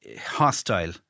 hostile